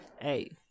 hey